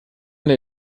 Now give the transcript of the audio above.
eine